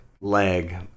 leg